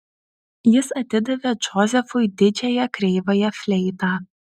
jis atidavė džozefui didžiąją kreivąją fleitą